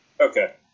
Okay